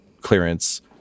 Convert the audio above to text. clearance